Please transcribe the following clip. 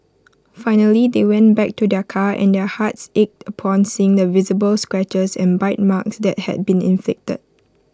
finally they went back to their car and their hearts ached upon seeing the visible scratches and bite marks that had been inflicted